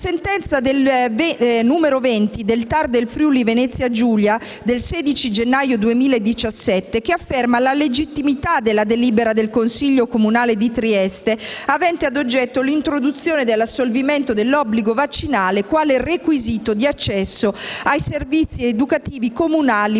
la sentenza n. 20 del TAR del Friuli-Venezia Giulia del 16 gennaio 2017, che afferma la legittimità della delibera del consiglio comunale di Trieste, avente ad oggetto l'introduzione dell'assolvimento dell'obbligo vaccinale quale requisito di accesso ai servizi educativi comunali